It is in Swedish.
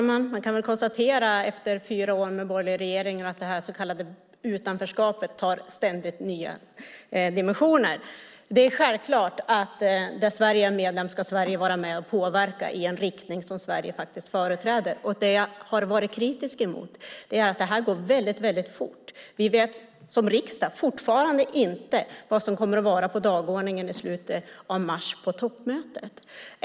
Herr talman! Efter fyra år med en borgerlig regering kan vi konstatera att det så kallade utanförskapet ständigt får nya dimensioner. Det är självklart att där Sverige är medlem ska Sverige vara med och påverka i en riktning som Sverige företräder. Det jag har varit kritisk emot är att det här går väldigt fort. Vi vet som riksdag fortfarande inte vad som kommer att vara på dagordningen på toppmötet i slutet av mars.